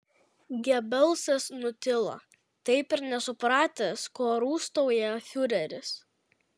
gebelsas nutilo taip ir nesupratęs ko rūstauja fiureris